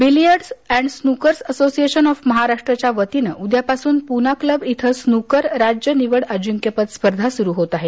billiards and snooker association of महाराष्ट्रच्या वतीनं उद्यापासून पुना क्लव इथं स्नुकर राज्य निवड अजिंक्यपद स्पर्धा सुरू होत आहेत